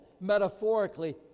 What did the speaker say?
metaphorically